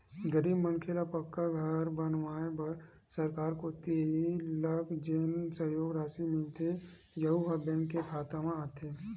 गरीब मनखे ल पक्का घर बनवाए बर सरकार कोती लक जेन सहयोग रासि मिलथे यहूँ ह बेंक के खाता म आथे